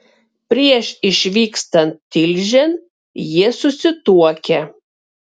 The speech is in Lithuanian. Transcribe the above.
prieš išvykstant tilžėn jie susituokia